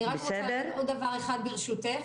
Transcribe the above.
אני רק רוצה להגיד עוד דבר אחד, ברשותך.